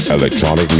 Electronic